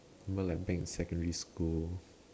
remember like back in secondary school